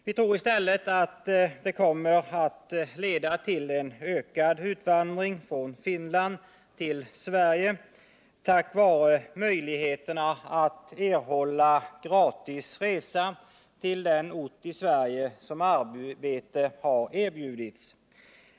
Vi tror i stället att det kommer att leda till en ökad utvandring från Finland till Sverige på grund av att det ger möjlighet att erhålla gratis resa till den ort i Sverige där arbete har erbjudits.